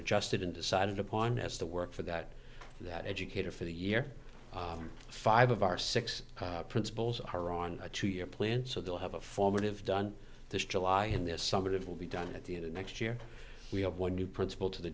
adjusted and decided upon as the work for that that educator for the year five of our six principals are on a two year plan so they'll have a formative done this july and this summer it will be done at the end of next year we have one new principal to the